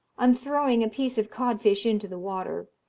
on throwing a piece of codfish into the water,